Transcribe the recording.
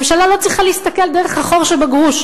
ממשלה לא צריכה להסתכל דרך החור שבגרוש.